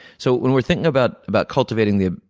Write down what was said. so when we're thinking about about cultivating the